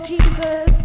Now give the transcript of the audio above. Jesus